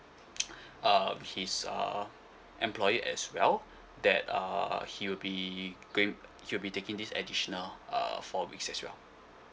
uh his err employer as well that uh he will be came he will be taking this additional err four weeks as well